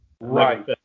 Right